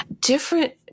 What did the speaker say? Different